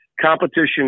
competition